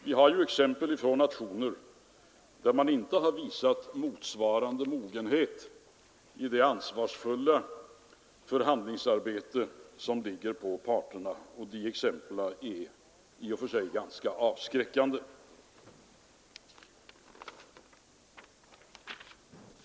Vi har exempel på nationer där man inte har visat motsvarande mogenhet i det ansvarsfulla förhandlingsarbete som åligger parterna, och de exemplen är i och för sig ganska avskräckande.